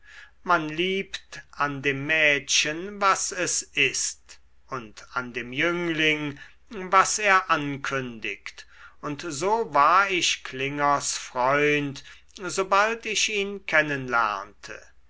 man liebt an dem mädchen was es ist und an dem jüngling was er ankündigt und so war ich klingers freund sobald ich ihn